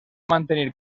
mantenir